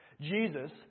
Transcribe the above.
Jesus